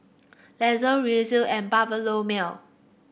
Lester Reece and Bartholomew